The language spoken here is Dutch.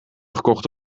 gekocht